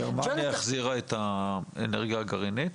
גרמניה החזירה את האנרגיה הגרעינית?